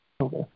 okay